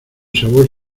sabor